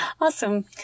awesome